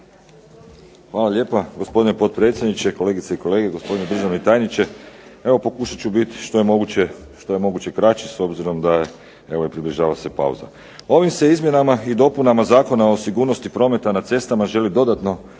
Hvala lijepa gospodine potpredsjedniče, kolegice i kolege, gospodine državni tajniče. Evo pokušat ću biti što je moguće kraći s obzirom da evo i približava se pauza. Ovim se izmjenama i dopunama Zakona o sigurnosti prometa na cestama želi dodatno